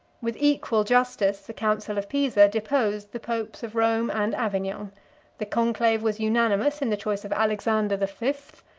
with equal justice, the council of pisa deposed the popes of rome and avignon the conclave was unanimous in the choice of alexander the fifth,